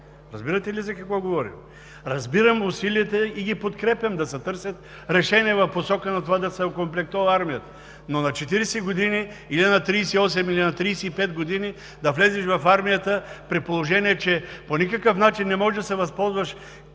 Разбирате ли за какво говорим? Разбирам усилията и ги подкрепям – да се търсят решения в посока на това да се окомплектова армията, но на 40 години, или на 38, или на 35 години да влезеш в армията, при положение че по никакъв начин не можеш да се възползваш